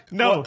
no